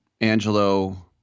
Angelo